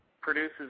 produces